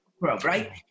right